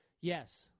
Yes